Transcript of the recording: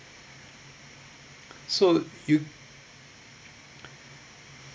so you